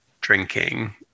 drinking